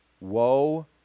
Woe